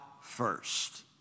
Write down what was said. first